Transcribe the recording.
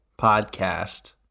podcast